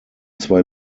zwei